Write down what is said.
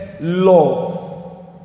love